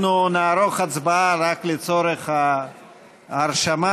אנחנו נערוך הצבעה רק לצורך ההרשמה.